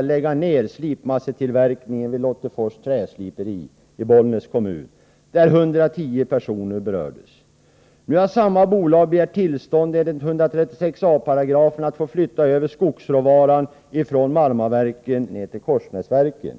lade ned slipmassetillverkningen vid Lottefors Träsliperi i Bollnäs kommun. 110 personer berördes. Nu har samma bolag ansökt, enligt 136 a§ byggnadslagen, om att få flytta över skogsråvaran från Marmaverken ned till Korsnäsverken.